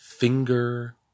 Finger